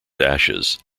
ashes